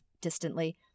distantly